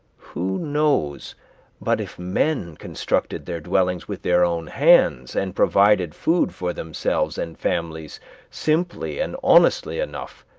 who knows but if men constructed their dwellings with their own hands, and provided food for themselves and families simply and honestly enough,